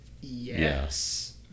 yes